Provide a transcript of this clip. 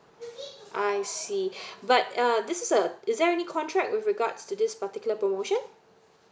I see but uh this is the is there any contract with regards to this particular promotion